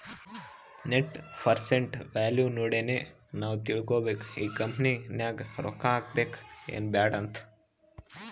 net present value ನೋಡಿನೆ ನಾವ್ ತಿಳ್ಕೋಬೇಕು ಈ ಕಂಪನಿ ನಾಗ್ ರೊಕ್ಕಾ ಹಾಕಬೇಕ ಎನ್ ಬ್ಯಾಡ್ ಅಂತ್